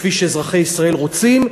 כפי שאזרחי ישראל רוצים,